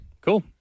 Cool